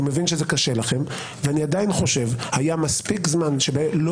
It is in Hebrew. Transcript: אני מבין שזה קשה לכם ואני עדיין חושב שהיה מספיק זמן שלא